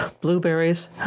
blueberries